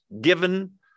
given